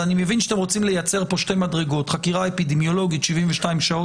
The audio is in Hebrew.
אני מבין שאתם רוצים לייצר פה שתי מדרגות: חקירה אפידמיולוגית 72 שעות,